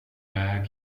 väg